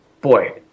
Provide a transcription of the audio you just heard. Boy